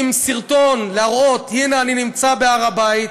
בסרטון, להראות: הנה, אני נמצא בהר הבית.